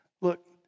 Look